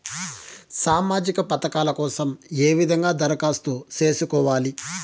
సామాజిక పథకాల కోసం ఏ విధంగా దరఖాస్తు సేసుకోవాలి